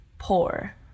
poor